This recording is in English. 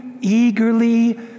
eagerly